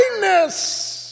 kindness